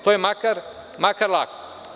To je makar lako.